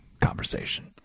conversation